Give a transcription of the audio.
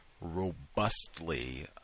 robustly